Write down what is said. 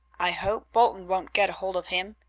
i hope bolton won't get hold of him,